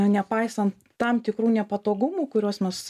nepaisant tam tikrų nepatogumų kuriuos mes